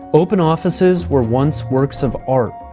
open offices were once works of art.